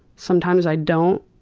sometimes i don't.